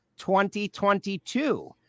2022